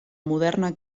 moderna